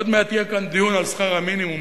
עוד מעט יהיה כאן דיון על שכר המינימום,